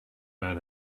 man